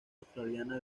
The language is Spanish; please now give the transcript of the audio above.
australiana